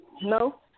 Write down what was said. No